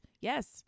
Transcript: Yes